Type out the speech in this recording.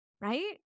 right